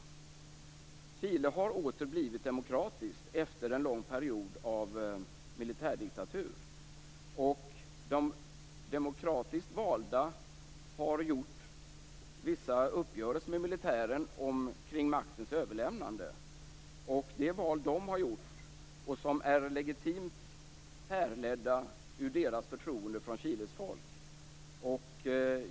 Chile har åter blivit demokratiskt efter en lång period av militärdiktatur. De demokratiskt valda har gjort vissa uppgörelser med militären kring maktens överlämnande. De val de har gjort är legitimt härledda ur deras förtroende för Chiles folk.